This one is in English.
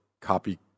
copy